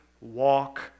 walk